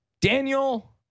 Daniel